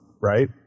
right